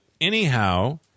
anyhow